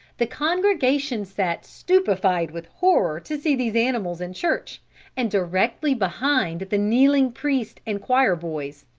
the congregation sat stupefied with horror to see these animals in church and directly behind the kneeling priest and choir boys.